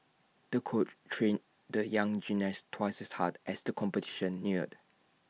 the coach trained the young gymnast twice as hard as the competition neared